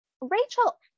Rachel